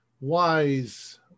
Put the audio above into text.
wise